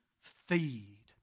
feed